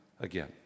again